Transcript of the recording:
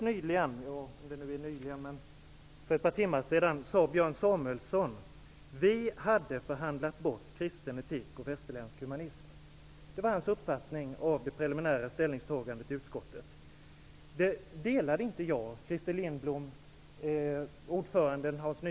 För ett par timmar sedan sade Björn Samuelson: Vi hade förhandlat bort kristen etik och västerländsk humanism. Det var hans uppfattning av det preliminära ställningstagandet i utskottet. Den uppfattningen delar inte jag.